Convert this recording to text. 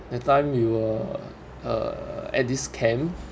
that time we were uh at this camp